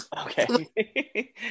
okay